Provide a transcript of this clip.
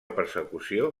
persecució